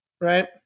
Right